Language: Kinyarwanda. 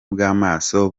bw’amaso